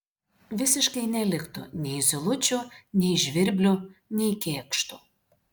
visiškai neliktų nei zylučių nei žvirblių nei kėkštų